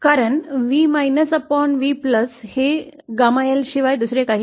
कारण V V हे gama L शिवाय काही नाही